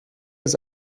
ist